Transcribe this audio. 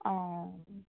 অ